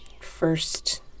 first